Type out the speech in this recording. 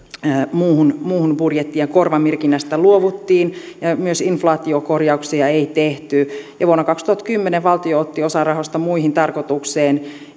muuhun muuhun budjettiin ja korvamerkinnästä luovuttiin ja myöskään inf laatiokorjauksia ei tehty vuonna kaksituhattakymmenen valtio otti osan rahoista muihin tarkoituksiin